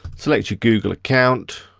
select your google account,